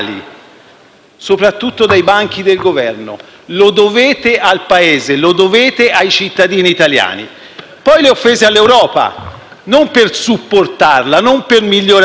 soprattutto dai banchi del Governo. Lo dovete al Paese, lo dovete ai cittadini italiani. Poi le offese all'Europa, non per supportarla, non per migliorarla,